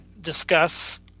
discuss